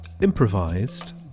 improvised